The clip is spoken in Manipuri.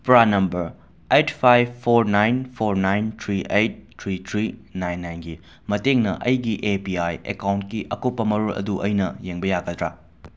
PRAN number eight five four nine four nine three eight three three nine ꯅꯥꯏꯟꯒꯤ ꯃꯇꯦꯡꯅ ꯑꯩꯒꯤ ꯑꯦ ꯄꯤ ꯑꯥꯏ ꯑꯦꯀꯥꯎꯟꯀꯤ ꯑꯀꯨꯞꯄ ꯃꯔꯣꯜ ꯑꯗꯨ ꯑꯩꯅ ꯌꯦꯡꯕ ꯌꯥꯒꯗ꯭ꯔ